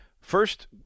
first